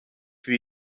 wie